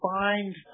find